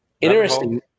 Interesting